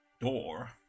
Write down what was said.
door